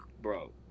bro